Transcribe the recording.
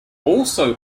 also